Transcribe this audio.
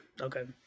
Okay